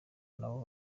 nabo